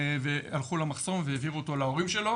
הלכו למחסום והעבירו אותו להורים שלו.